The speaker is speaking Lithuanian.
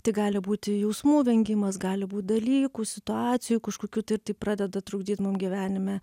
tai gali būti jausmų vengimas gali būt dalykų situacijų kažkokių tai ir tai pradeda trukdyt mum gyvenime